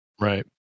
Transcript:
right